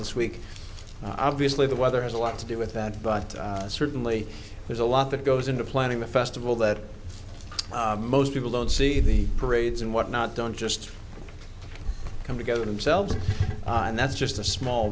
this week obviously the weather has a lot to do with that but certainly there's a lot that goes into planning a festival that most people don't see the parades and what not don't just come together to selves and that's just a small